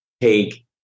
take